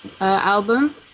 album